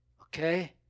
Okay